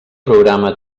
programa